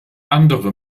andere